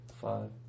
five